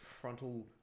frontal